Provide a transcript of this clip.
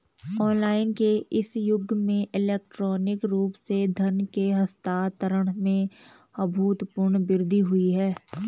online के इस युग में इलेक्ट्रॉनिक रूप से धन के हस्तांतरण में अभूतपूर्व वृद्धि हुई है